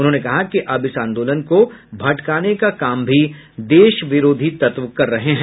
उन्होंने कहा कि अब इस आंदोलन को भटकाने का काम भी देश विरोधी तत्व कर रहे हैं